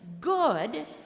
good